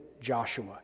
Joshua